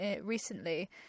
recently